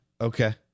Okay